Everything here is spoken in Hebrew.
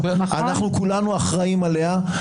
אנחנו כולנו אחראים עליה,